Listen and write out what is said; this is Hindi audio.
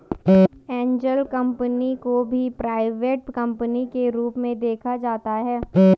एंजल कम्पनी को भी प्राइवेट कम्पनी के रूप में देखा जाता है